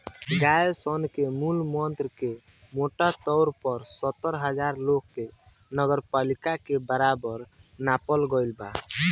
गाय सन के मल मूत्र के मोटा तौर पर सत्तर हजार लोग के नगरपालिका के बराबर नापल गईल बा